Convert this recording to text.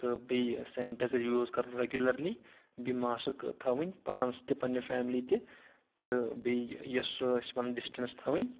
تہٕ بیٚیہِ sanitizer use کَرُن رَیگِیوٗلَرلِی بیٚیہِ ماسٕک تھاوٕنۍ پانَس تہِ پننہِ فیملی تہِ تہٕ بیٚیہِ یۄس سُہ أسۍ وَنان ڈِسٹَنٕس تھاوٕنۍ